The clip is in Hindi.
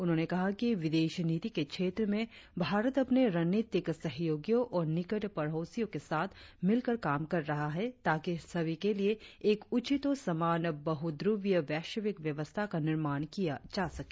उन्होंने कहा कि विदेश नीति के क्षेत्र में भारत अपने रणनीतिक सहयोगियों और निकट पड़ोसियों के साथ मिलकर काम कर रहा है ताकि सभी के लिए एक उचित और समान बहुध्व्रीय वैश्विक व्यवस्था का निर्माण किया जा सके